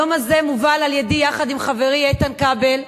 היום הזה מובל על-ידי, יחד עם חברי איתן כבל,